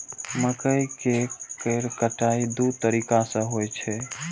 मकइ केर कटाइ दू तरीका सं होइ छै